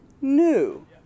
new